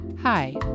Hi